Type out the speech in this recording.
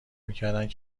میکردند